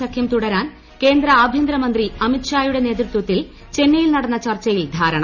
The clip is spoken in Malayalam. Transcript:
സഖൃം തുടരാൻ കേന്ദ്ര ആഭ്യന്തരമന്ത്രി അമിത്ഷായുടെ നേതൃത്വത്തിൽ ചെന്നൈയിൽ നടന്ന ചർച്ചയിൽ ധാരണ